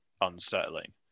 unsettling